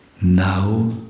now